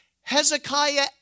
Hezekiah